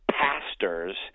pastors